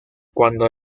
cuando